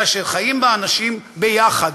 אלא שחיים בה אנשים ביחד,